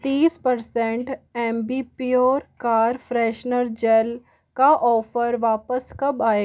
तीस percent Ambipur car freshener gel का offer वापस कब आएगा